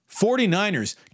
49ers